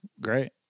Great